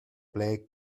ble